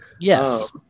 Yes